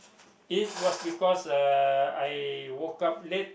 it was because uh I woke up late